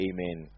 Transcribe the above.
Amen